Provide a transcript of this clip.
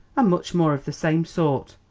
much more of the same sort,